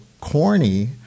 corny